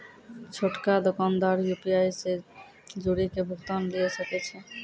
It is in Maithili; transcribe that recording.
छोटका दोकानदार यू.पी.आई से जुड़ि के भुगतान लिये सकै छै